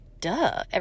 Duh